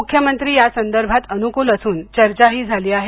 मुख्यमंत्री यासंदर्भात अनुकूल असून चर्चाही झाली आहे